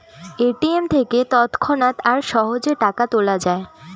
ATM থেকে তৎক্ষণাৎ আর সহজে টাকা তোলা যায়